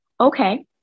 okay